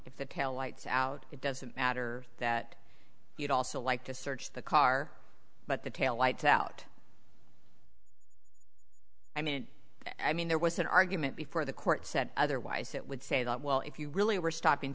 if the kill lights out it doesn't matter that you'd also like to search the car but the tail lights out i mean i mean there was an argument before the court said otherwise it would say that well if you really were stopping